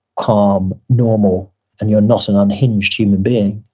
calm, normal and you're not an unhinged human being,